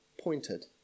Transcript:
pointed